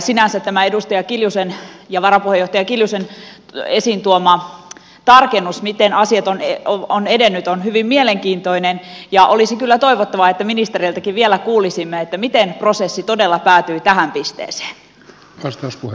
sinänsä tämä edustaja ja varapuheenjohtaja kiljusen esiin tuoma tarkennus miten asiat ovat edenneet on hyvin mielenkiintoinen ja olisi kyllä toivottavaa että ministereiltäkin vielä kuulisimme miten prosessi todella päätyi tähän pisteeseen